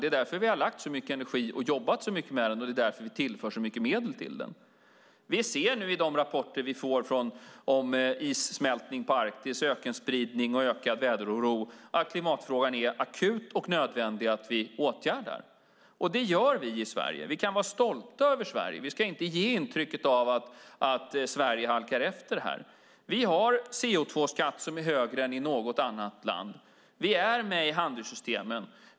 Det är därför som vi har lagt så mycket energi på den och jobbat så mycket med den, och det är därför som vi tillför så mycket medel till den. Vi ser nu i de rapporter vi får om issmältning i Arktis, ökenspridning och ökad väderoro att klimatfrågan är akut och att det är nödvändigt att vi åtgärdar den. Och det gör vi i Sverige. Vi kan vara stolta över Sverige. Vi ska inte ge intryck av att Sverige halkar efter här. Vi har en CO2-skatt som är högre än i något annat land. Vi är med i handelssystemen.